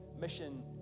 mission